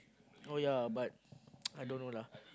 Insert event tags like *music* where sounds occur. oh yea but *noise* I don't know lah